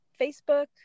Facebook